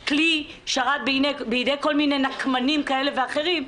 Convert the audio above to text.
כל מילה במקום ויש לוח נוכחים בדיון,